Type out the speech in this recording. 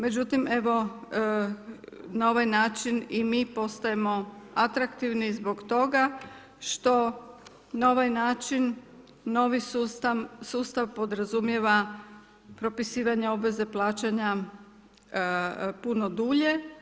Međutim evo na ovaj način i mi postajemo atraktivni zbog toga što na ovaj način novi sustav podrazumijeva propisivanje obveze plaćanja puno dulje.